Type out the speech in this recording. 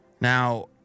Now